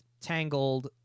Tangled